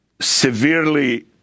severely